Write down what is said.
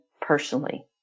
personally